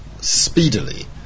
speedily